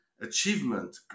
achievement